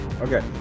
Okay